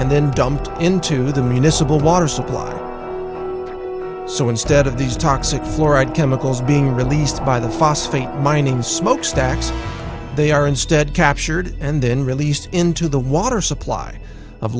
and then dumped into the municipal water supply so instead of these toxic fluoride chemicals being released by the phosphate mining smokestacks they are instead captured and then released into the water supply of